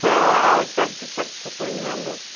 हँ आओर सब की सब छै पूर्णियामे